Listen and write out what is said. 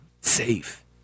safe